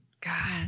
God